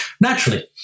naturally